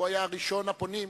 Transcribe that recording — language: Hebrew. והוא היה ראשון הפונים,